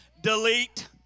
Delete